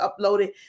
uploaded